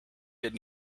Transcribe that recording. did